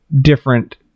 different